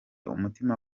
umutima